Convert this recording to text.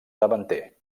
davanter